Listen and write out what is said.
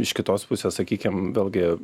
iš kitos pusės sakykim vėlgi